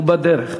הוא בדרך.